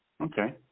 Okay